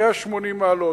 180 מעלות.